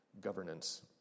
governance